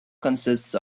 consists